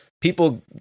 people